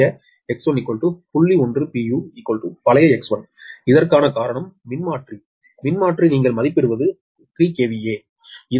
பழைய X1 இதற்கான காரணம் மின்மாற்றி மின்மாற்றி நீங்கள் மதிப்பிடுவது 3 KV இது 0